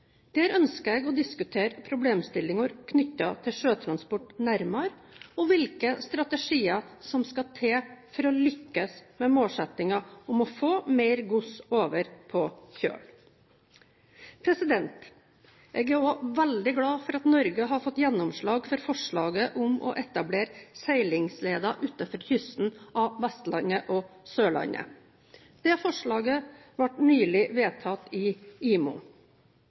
Der ønsker jeg å diskutere problemstillinger knyttet til sjøtransport nærmere, og hvilke strategier som skal til for å lykkes med målsettingen om å få mer gods over på kjøl. Jeg er også veldig glad for at Norge har fått gjennomslag for forslaget om å etablere seilingsleder utenfor kysten av Vestlandet og Sørlandet. Det forslaget ble nylig vedtatt i IMO.